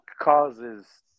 causes